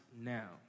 now